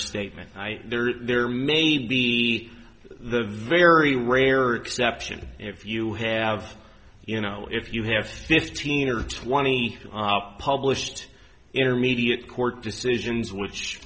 statement there is there may be the very rare exception if you have you know if you have fifteen or twenty published intermediate court decisions which